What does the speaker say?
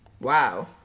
wow